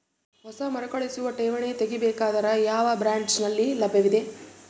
ಹೊಸ ಮರುಕಳಿಸುವ ಠೇವಣಿ ತೇಗಿ ಬೇಕಾದರ ಯಾವ ಬ್ರಾಂಚ್ ನಲ್ಲಿ ಲಭ್ಯವಿದೆ?